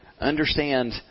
understand